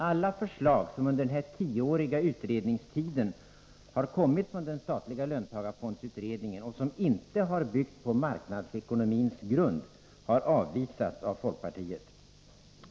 Alla förslag som under den tioåriga utredningstiden har kommit från den statliga löntagarfondsutredningen och som inte har byggt på marknadsekonomins grund har avvisats av folkpartiet.